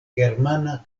germana